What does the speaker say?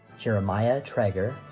jeremiah traeger,